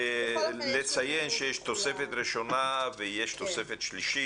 נציין שיש תוספת ראשונה ויש תוספת שלישית,